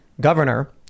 governor